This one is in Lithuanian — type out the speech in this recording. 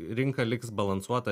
rinka liks balansuota